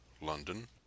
London